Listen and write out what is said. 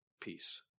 peace